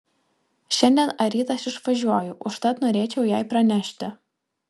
šiandien ar ryt aš išvažiuoju užtat norėčiau jai pranešti